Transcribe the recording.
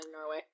Norway